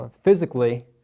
Physically